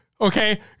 okay